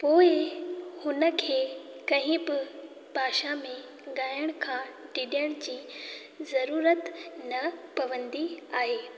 पोइ हुन खे कंहिं बि भाषा में ॻाइण खां डिॼण जी ज़रूरत न पवंदी आहे